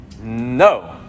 No